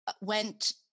went